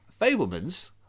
Fablemans